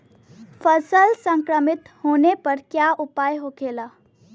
फसल संक्रमित होने पर क्या उपाय होखेला?